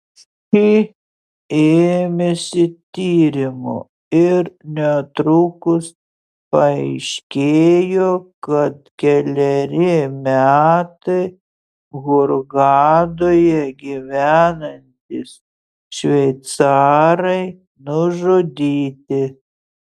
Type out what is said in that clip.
ši ėmėsi tyrimo ir netrukus paaiškėjo kad keleri metai hurgadoje gyvenantys šveicarai nužudyti